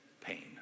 pain